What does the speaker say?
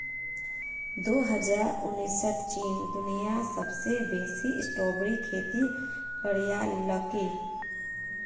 दो हजार उन्नीसत चीन दुनियात सबसे बेसी स्ट्रॉबेरीर खेती करयालकी